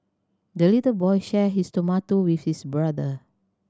the little boy shared his tomato with his brother